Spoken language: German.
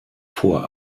vor